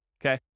okay